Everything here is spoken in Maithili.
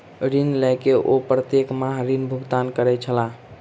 ऋण लय के ओ प्रत्येक माह ऋण भुगतान करै छलाह